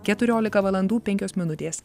keturiolika valandų penkios minutės